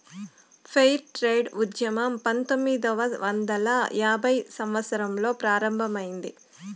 fair trade ఉద్యమం పంతొమ్మిదవ వందల యాభైవ సంవత్సరంలో ప్రారంభమైంది